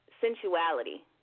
Sensuality